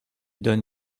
donne